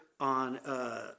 on